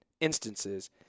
instances